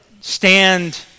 stand